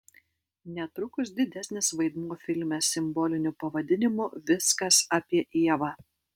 netrukus didesnis vaidmuo filme simboliniu pavadinimu viskas apie ievą